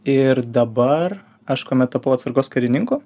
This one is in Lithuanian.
ir dabar aš kuomet tapau atsargos karininku